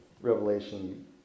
Revelation